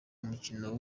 umukino